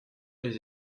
les